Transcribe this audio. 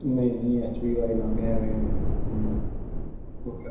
ਨਹੀਂ ਨਹੀਂ H P ਵਾਲੇ ਲਾਉਣ ਡਿਆਂ ਐਵੇਂ